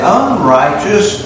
unrighteous